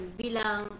bilang